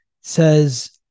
says